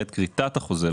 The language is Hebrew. בעת כריתת החוזה,